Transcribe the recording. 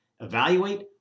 evaluate